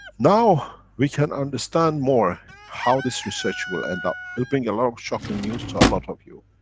now we can understand more how this research will end up. it'll bring a lot of shocking news to a lot of you.